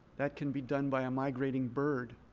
that can be done by a migrating bird.